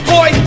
Boy